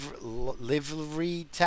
livery